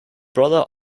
brother